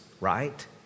right